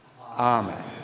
Amen